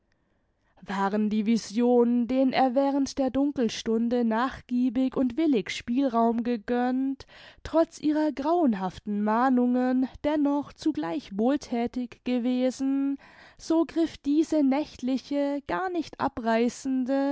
waren die visionen denen er während der dunkelstunde nachgiebig und willig spielraum gegönnt trotz ihrer grauenhaften mahnungen dennoch zugleich wohlthätig gewesen so griff diese nächtliche gar nicht abreißende